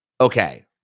Okay